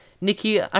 Nikki